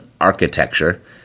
architecture